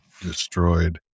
destroyed